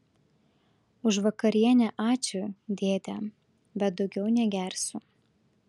už vakarienę ačiū dėde bet daugiau negersiu